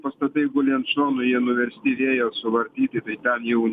pastatai guli ant šonų jie nuversti vėjo suvartyti tai ten jau